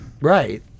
Right